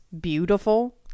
beautiful